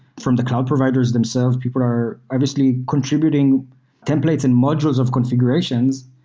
from the cloud providers themselves. people are obviously contributing templates and modules of configurations,